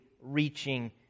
reaching